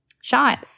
shot